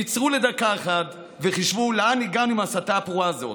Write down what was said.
עצרו לדקה אחת וחשבו לאן הגענו עם ההסתה הפרועה הזאת.